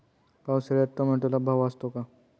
पावसाळ्यात टोमॅटोला भाव असतो का?